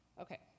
Okay